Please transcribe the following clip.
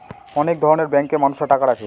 অনেক ধরনের ব্যাঙ্কে মানুষরা টাকা রাখে